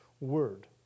word